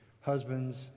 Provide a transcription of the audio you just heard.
husbands